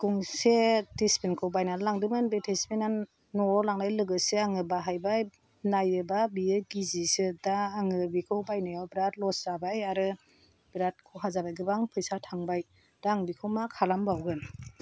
गंसे तिसबिनखौ बायना लांदोंमोन बे तिसबेना न'वाव लांनाय लोगोसे आङो बाहायबाय नायोबा बेयो गिजिसो दा आङो बेखौ बायनायाव बेराद लस जाबाय आरो बेराद खहा जाबाय गोबां पैसा थांबाय दा आं बेखौ मा खालामबावगोन